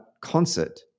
concert